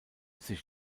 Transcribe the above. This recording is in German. sich